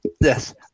Yes